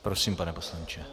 Prosím, pane poslanče.